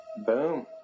boom